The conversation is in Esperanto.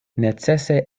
necese